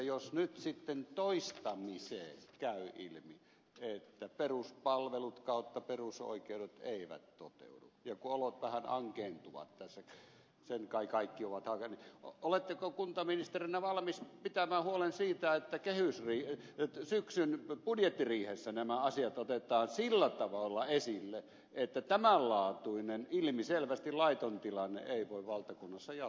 jos nyt sitten toistamiseen käy ilmi että peruspalvelut tai perusoikeudet eivät toteudu ja kun olot vähän ankeentuvat tässä sen kai kaikki ovat havainneet oletteko kuntaministerinä valmis pitämään huolen siitä että syksyn budjettiriihessä nämä asiat otetaan sillä tavalla esille että tämänlaatuinen ilmiselvästi laiton tilanne ei voi valtakunnassa jatkua